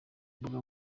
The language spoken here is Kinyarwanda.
imbuga